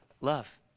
love